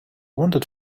wanted